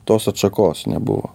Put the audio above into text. tos atšakos nebuvo